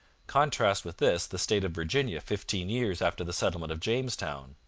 contrast with this the state of virginia fifteen years after the settlement of jamestown.